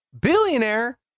billionaire